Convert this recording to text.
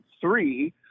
three